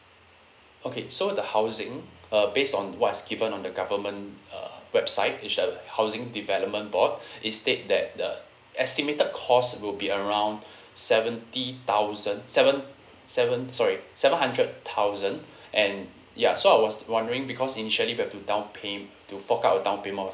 okay so the housing uh based on what's given on the government uh website which are the housing development board it state that the estimated cost will be around seventy thousand seven seven sorry seven hundred thousand and ya so I was wondering because initially we have to down pay~ to fork out a down payment of